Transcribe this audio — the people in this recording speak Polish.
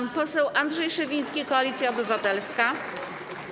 Pan poseł Andrzej Szewiński, Koalicja Obywatelska.